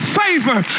favor